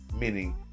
meaning